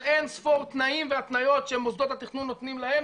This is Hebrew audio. אין-ספור תנאים והתניות שמוסדות התכנון נותנים להם.